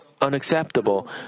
unacceptable